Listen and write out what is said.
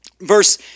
Verse